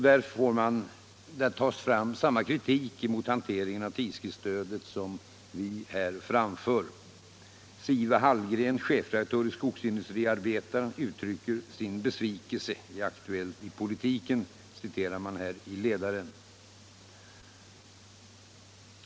Där tas fram samma kritik mot hanteringen av tidskriftsstödet som vi här framför. ”Sive Hallgren, chefredaktör i Skogsindustriarbetaren har uttryckt sin besvikelse i Aktuellt i politiken”, citerar man i ledaren.